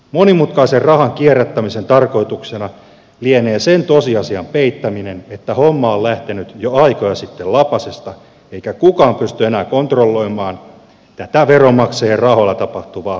monimutkaisen rahan kierrättämisen tarkoituksena lienee sen tosiasian peittäminen että homma on lähtenyt jo aikoja sitten lapasesta eikä kukaan pysty enää kontrolloimaan tätä veronmaksajien rahoilla tapahtuvaa rahansiirtoa